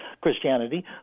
Christianity